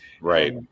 right